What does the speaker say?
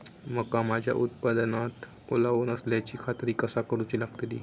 मका माझ्या उत्पादनात ओलावो नसल्याची खात्री कसा करुची लागतली?